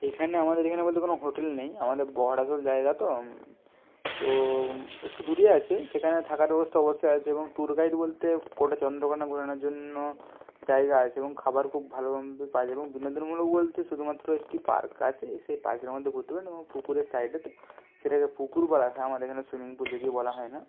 এখানে আমাদের এখানে বলতে কোনো হোটেল নেই আমাদের বহরাজল জায়গা তো তো একটু দূরে আছে সেখানে থাকার ব্যবস্থা অবশ্যই আছে এবং ট্যুর গাইড বলতে গোটা চন্দ্রকোনা ঘোরানোর জন্য জায়গা আছে এবং খাবার খুব ভালো পাওয়া যায় এবং বিনোদনমূলক বলতে শুধুমাত্র একটি পার্ক আছে সেই পার্কের মধ্যে ঘুরতে পারবেন এবং পুকুরের সাইডেতে সেটাকে পুকুর বলা হয় আমাদের এখানে সুইমিং পুল যদিও বলা হয় না